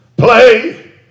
play